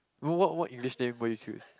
what what what English name will you choose